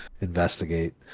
investigate